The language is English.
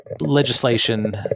legislation